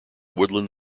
woodland